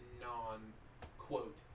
non-quote